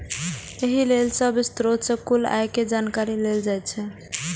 एहि लेल सब स्रोत सं कुल आय के जानकारी लेल जाइ छै